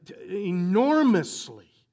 enormously